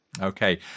Okay